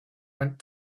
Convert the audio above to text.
went